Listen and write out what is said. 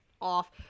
off